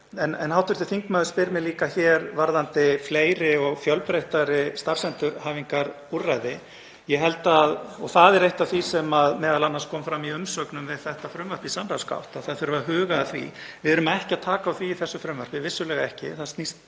leikinn. Hv. þingmaður spyr mig líka varðandi fleiri og fjölbreyttari starfsendurhæfingarúrræði. Það var eitt af því sem kom fram í umsögnum við þetta frumvarp í samráðsgátt, að það þyrfti að huga að því. Við erum ekki að taka á því í þessu frumvarpi, vissulega ekki, það snýst